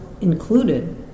included